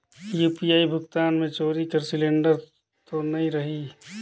UPI भुगतान मे चोरी कर सिलिंडर तो नइ रहु?